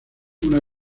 una